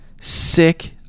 sick